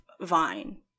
Vine